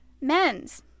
men's